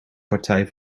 partij